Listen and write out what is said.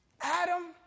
Adam